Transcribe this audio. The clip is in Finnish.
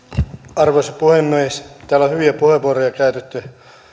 arvoisa puhemies täällä on hyviä puheenvuoroja käytetty